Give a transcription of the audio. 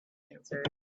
answered